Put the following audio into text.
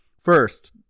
first